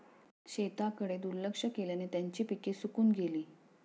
शेताकडे दुर्लक्ष केल्याने त्यांची पिके सुकून गेली